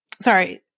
Sorry